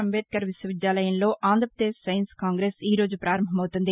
అంబేద్కర్ విశ్వవిద్యాలయంలో Andhra Pradesh science congress ఈరోజు ప్రపారంభమవుతుంది